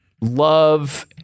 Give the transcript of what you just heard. love